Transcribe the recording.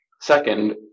Second